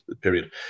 period